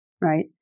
right